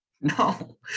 No